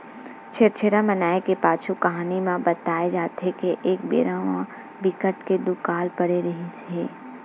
छेरछेरा मनाए के पाछू कहानी म बताए जाथे के एक बेरा म बिकट के दुकाल परे रिहिस हे